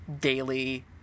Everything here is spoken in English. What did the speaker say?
daily